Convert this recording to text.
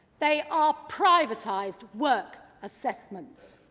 they are privatiseed work assessments.